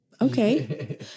okay